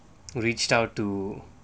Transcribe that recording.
reached out to